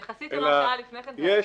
יחסית למה שהיה לפני כן זה אחיד.